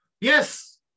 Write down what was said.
yes